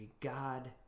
God